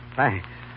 Thanks